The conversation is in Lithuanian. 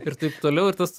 ir taip toliau ir tas